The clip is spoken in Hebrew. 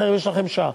אמרתי להם: יש לכם שעה,